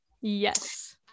Yes